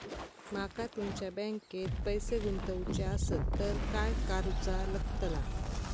माका तुमच्या बँकेत पैसे गुंतवूचे आसत तर काय कारुचा लगतला?